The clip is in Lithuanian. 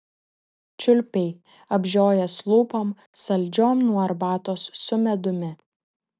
čiulpei apžiojęs lūpom saldžiom nuo arbatos su medumi